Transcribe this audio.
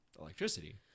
electricity